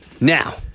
Now